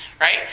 right